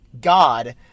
...god